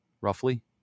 roughly